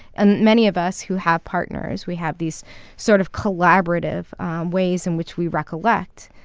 and many of us who have partners, we have these sort of collaborative ways in which we recollect.